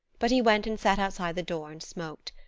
but he went and sat outside the door and smoked.